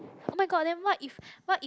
oh-my-god then what if what if